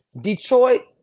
Detroit